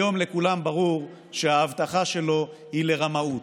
היום לכולם ברור, שההבטחה שלו היא לרמאות.